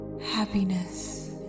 happiness